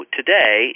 today